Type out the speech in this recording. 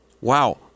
Wow